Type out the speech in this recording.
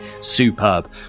superb